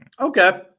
Okay